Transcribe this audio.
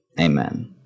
Amen